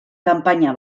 kanpaina